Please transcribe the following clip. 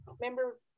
Remember